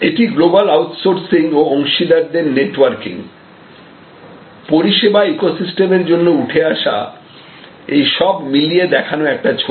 এটি global outsourcing ও অংশীদারদের নেটওয়ার্কিং পরিষেবা ইকোসিস্টেম এর উঠে আসা এই সব মিলিয়ে দেখানো একটি ছবি